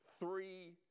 Three